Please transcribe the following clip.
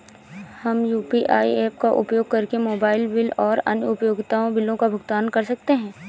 हम UPI apps का उपयोग करके मोबाइल बिल और अन्य उपयोगिता बिलों का भुगतान कर सकते हैं